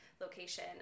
location